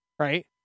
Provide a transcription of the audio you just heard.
Right